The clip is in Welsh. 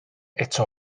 eto